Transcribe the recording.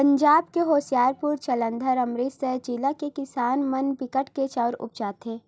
पंजाब के होसियारपुर, जालंधर, अमरितसर जिला के किसान मन बिकट के चाँउर उपजाथें